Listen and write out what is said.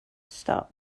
start